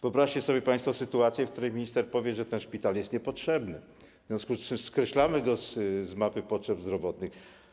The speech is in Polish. Wyobraźcie sobie państwo sytuację, w której minister powie, że dany szpital jest niepotrzebny, w związku z czym skreślamy go z mapy potrzeb zdrowotnych.